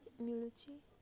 ମିଳୁଛି